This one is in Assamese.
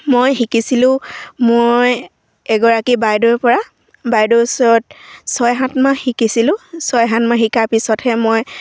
মই শিকিছিলোঁ মই এগৰাকী বাইদেউৰ পৰা বাইদেউৰ ওচৰত ছয় সাত মাহ শিকিছিলোঁ ছয় সাত মাহ শিকাৰ পিছতহে মই